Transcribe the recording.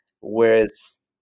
Whereas